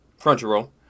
Crunchyroll